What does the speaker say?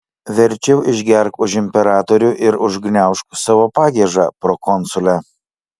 verčiau išgerk už imperatorių ir užgniaužk savo pagiežą prokonsule